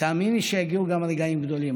ותאמיני שיגיעו גם רגעים גדולים.